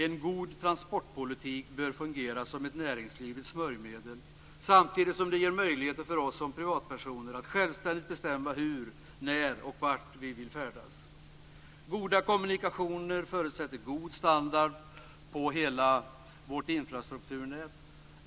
En god transportpolitik bör fungera som ett näringslivets smörjmedel, samtidigt som det ger möjligheter för oss som privatpersoner att självständigt bestämma hur, när och vart vi vill färdas. Goda kommunikationer förutsätter god standard på hela vårt infrastrukturnät.